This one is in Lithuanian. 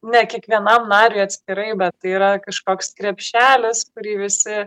ne kiekvienam nariui atskirai bet tai yra kažkoks krepšelis kurį visi